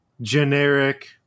generic